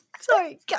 Sorry